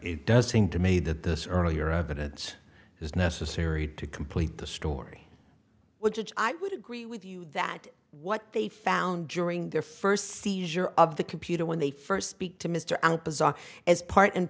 it does seem to me that this earlier evidence is necessary to complete the story which i would agree with you that what they found during their first seizure of the computer when they first speak to mr alpizar is part and